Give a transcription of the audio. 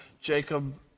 Jacob